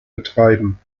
betreiben